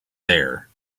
there